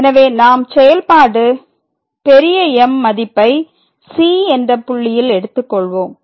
எனவே நாம் செயல்பாடு M மதிப்பை c என்ற புள்ளியில் எடுத்துக்கொள்வோம்